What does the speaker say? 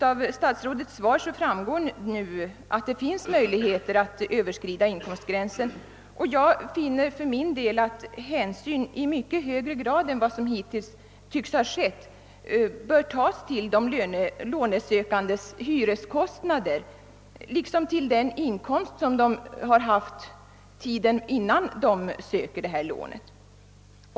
Av statsrådets svar framgår nu att det finns möjligheter att överskrida inkomstgränsen, och jag finner att hänsyn i mycket högre grad än vad hittills tycks ha skett bör tagas till de lånesökandes hyreskostnader liksom även till den inkomst de haft under tiden innan de sökte sådant lån.